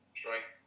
strike